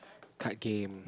card game